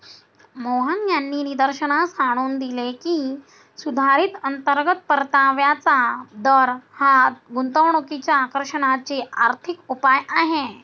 मोहन यांनी निदर्शनास आणून दिले की, सुधारित अंतर्गत परताव्याचा दर हा गुंतवणुकीच्या आकर्षणाचे आर्थिक उपाय आहे